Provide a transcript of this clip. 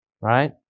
Right